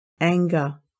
anger